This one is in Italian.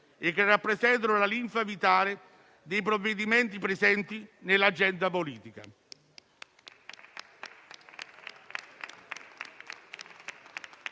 e che rappresentano la linfa vitale dei provvedimenti presenti nell'agenda politica.